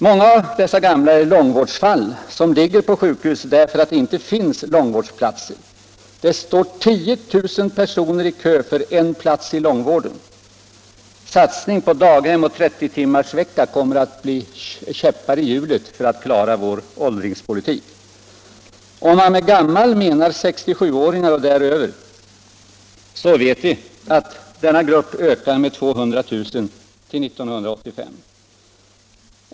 Många av dessa gamla är långvårdsfall, som ligger på sjukhus därför att det inte finns långvårdsplatser. 10 000 personer står i kö för en plats inom långvården. Satsningarna på daghem och 30-timmarsvecka kommer att bli käppar i hjulet när det gäller att klara vår åldringspolitik. Om man med gamla menar 67-åringar och äldre, vet vi att denna grupp ökar med 200 000 till 1985.